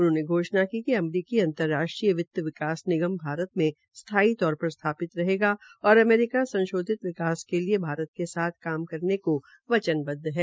उन्होंने घोषणा की अमरीकी अंतर राष्ट्रीय वित्त विकास निगम भारत में स्थायी पर स्थापित रहेगा और अमेरीका संशोधित विकास के लिए भारत के साथ काम करने को वचनबद्व है